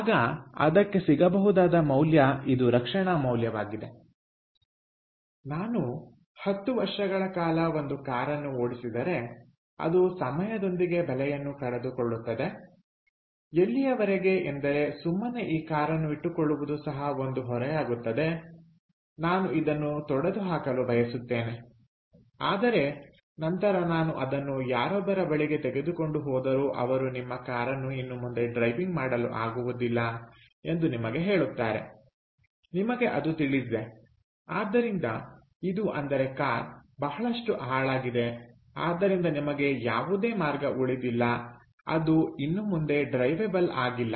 ಆಗ ಅದಕ್ಕೆ ಸಿಗಬಹುದಾದ ಮೌಲ್ಯ ಇದು ರಕ್ಷಣಾ ಮೌಲ್ಯವಾಗಿದೆ ನಾನು 10 ವರ್ಷಗಳ ಕಾಲ ಒಂದು ಕಾರನ್ನು ಓಡಿಸಿದರೆ ಅದು ಸಮಯದೊಂದಿಗೆ ಬೆಲೆಯನ್ನು ಕಳೆದುಕೊಳ್ಳುತ್ತದೆ ಎಲ್ಲಿಯವರೆಗೆ ಎಂದರೆ ಸುಮ್ಮನೆ ಈ ಕಾರನ್ನು ಇಟ್ಟುಕೊಳ್ಳುವುದು ಸಹ ಒಂದು ಹೊರೆಯಾಗುತ್ತದೆ ನಾನು ಇದನ್ನು ತೊಡೆದುಹಾಕಲು ಬಯಸುತ್ತೇನೆ ಆದರೆ ನಂತರ ನಾನು ಅದನ್ನು ಯಾರೊಬ್ಬರ ಬಳಿಗೆ ತೆಗೆದುಕೊಂಡು ಹೋದರು ಅವರು ನಿಮ್ಮ ಕಾರನ್ನು ಇನ್ನು ಮುಂದೆ ಡ್ರೈವಿಂಗ್ ಮಾಡಲು ಆಗುವುದಿಲ್ಲ ಎಂದು ನಿಮಗೆ ಹೇಳುತ್ತಾರೆ ನಿಮಗೆ ಅದು ತಿಳಿದಿದೆ ಆದ್ದರಿಂದ ಇದು ಅಂದರೆ ಕಾರ್ ಬಹಳಷ್ಟು ಹಾಳಾಗಿದೆ ಆದ್ದರಿಂದ ನಿಮಗೆ ಯಾವುದೇ ಮಾರ್ಗ ಉಳಿದಿಲ್ಲ ಅದು ಇನ್ನು ಮುಂದೆ ಡ್ರೈವೆಬಲ್ ಆಗಿಲ್ಲ